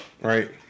Right